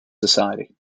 society